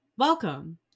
Welcome